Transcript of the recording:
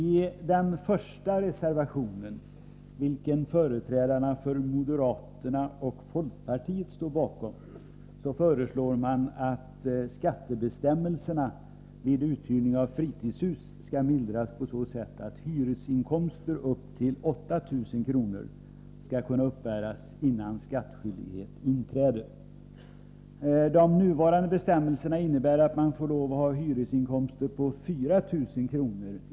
I den första reservationen, vilken företrädarna för moderaterna och folkpartiet står bakom, föreslås att skattebestämmelserna vid uthyrning av fritidshus skall mildras på så sätt att hyresinkomster upp till 8 000 kr. skall kunna uppbäras innan skattskyldighet inträder. De nuvarande bestämmelserna innebär att man får lov att ha hyresinkomster på 4 000 kr.